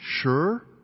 sure